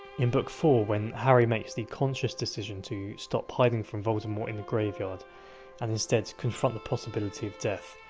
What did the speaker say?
in book four, when harry makes the conscious decision to stop hiding from voldemort in the graveyard and instead confront the possibility of death,